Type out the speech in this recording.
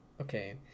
Okay